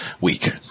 week